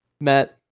Matt